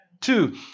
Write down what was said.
Two